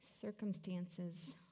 circumstances